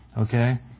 Okay